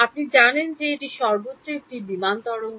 আপনি জানেন যে এটি সর্বত্র একটি বিমান তরঙ্গ